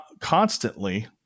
constantly